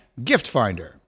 giftfinder